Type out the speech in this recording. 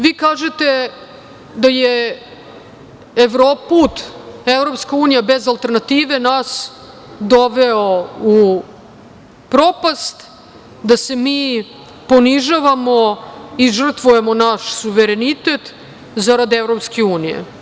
Vi kažete da je put EU bez alternative nas doveo u propast, da se mi ponižavamo i žrtvujemo naš suverenitet zarad EU.